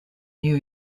new